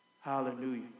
Hallelujah